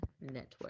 network